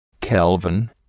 Kelvin